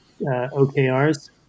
OKRs